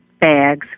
bags